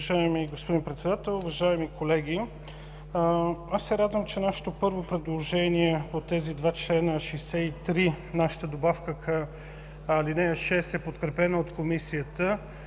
Уважаеми господин Председател, уважаеми колеги, радвам се, че нашето първо предложение по тези два члена – чл. 63 и 64, нашата добавка към ал. 6 е подкрепена от Комисията,